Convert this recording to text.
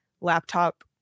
laptop